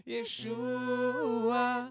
Yeshua